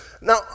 Now